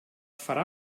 farà